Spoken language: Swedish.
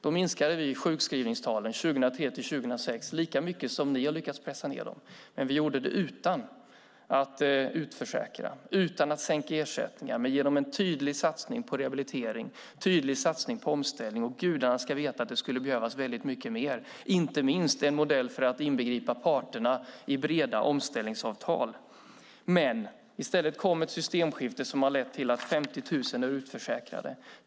Då minskade vi sjukskrivningstalen 2003-2006 lika mycket som ni har lyckats pressa ned dem. Vi gjorde det utan att utförsäkra och utan att sänka ersättningar men genom en tydlig satsning på rehabilitering och en tydlig satsning på omställning. Gudarna ska veta att det skulle behövas väldigt mycket mer - inte minst en modell för att inbegripa parterna i breda omställningsavtal. I stället kom ett systemskifte som har lett till att 50 000 är utförsäkrade.